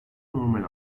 normal